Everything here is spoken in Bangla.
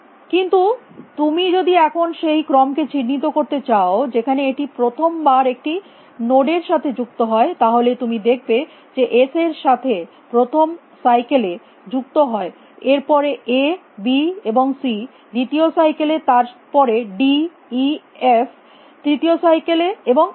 কিন্তু তুমি যদি এখন সেই ক্রম্ কে চিহ্নিত করতে চাও যেখানে এটি প্রথম বার একটি নোড এর সাথে যুক্ত হয় তাহলে তুমি দেখবে যে এস এর সাথে প্রথম সাইকেলে যুক্ত হয় এর পরে এ বি এবং সি দ্বিতীয় সাইকেলে তার পরে ডি ই এবং এফ তৃতীয় সাইকেলে এবং এইভাবে